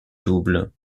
double